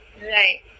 right